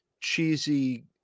cheesy